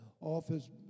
office